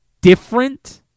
different